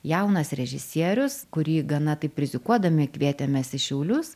jaunas režisierius kurį gana taip rizikuodami kvietėmės į šiaulius